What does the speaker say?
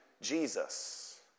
Jesus